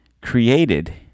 created